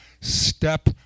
step